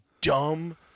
dumb